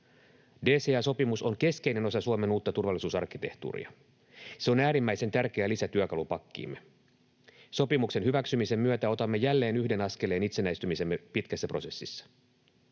DCA-sopimus on keskeinen osa Suomen uutta turvallisuusarkkitehtuuria. Se on äärimmäisen tärkeä lisä työkalupakkiimme. Sopimuksen hyväksymisen myötä otamme jälleen yhden askeleen itsenäistymisemme pitkässä prosessissa.